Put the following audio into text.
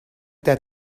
that